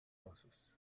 osos